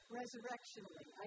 resurrectionally